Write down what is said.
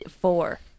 Four